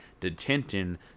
detention